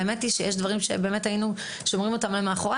האמת היא שיש דברים שבאמת היינו שומרים אותם מאחורי